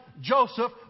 Joseph